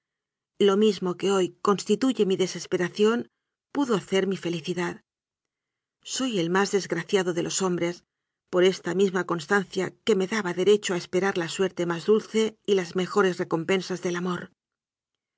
lo mismo que hoy constituye mi deses peración pudo hacer mi felicidad soy el más des graciado de los hombres por esta misma constan cia que me daba derecho a esperar la suerte más dulce y las mejores recompensas del amor